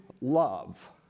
love